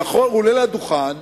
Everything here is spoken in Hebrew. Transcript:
הוא עולה לדוכן